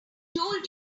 told